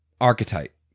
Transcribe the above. archetype